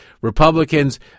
Republicans